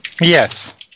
Yes